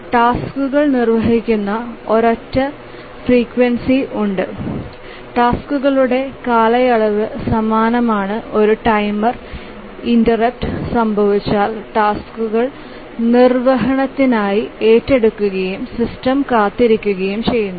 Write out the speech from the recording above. ടാസ്ക്കുകൾ നിർവ്വഹിക്കുന്ന ഒരൊറ്റ ഫ്രീക്വൻസി ഉണ്ട് ടാസ്ക്കുകളുടെ കാലയളവ് സമാനമാണ് ഒരു ടൈമർ ഇന്ററപ്റ്റ് സംഭവിച്ചാൽ ടാസ്ക്കുകൾ നിർവ്വഹണത്തിനായി ഏറ്റെടുക്കുകയും സിസ്റ്റം കാത്തിരിക്കുകയും ചെയ്യുന്നു